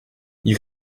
you